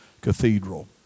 cathedral